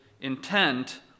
intent